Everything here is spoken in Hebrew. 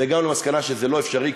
והגענו למסקנה שזה לא אפשרי,